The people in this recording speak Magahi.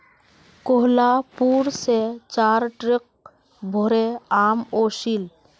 कोहलापुर स चार ट्रक भोरे आम ओसील